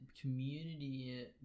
community